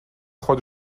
خود